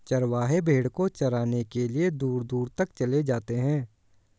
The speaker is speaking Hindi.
चरवाहे भेड़ को चराने के लिए दूर दूर तक चले जाते हैं